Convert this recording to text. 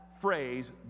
phrase